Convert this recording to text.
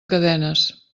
cadenes